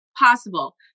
Possible